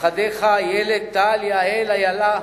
נכדיך איילת, טל, יעל, איילה,